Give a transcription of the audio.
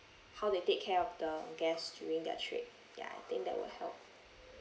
how they take care of the guests during their trip ya I think that will help